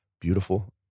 beautiful